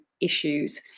issues